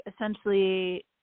essentially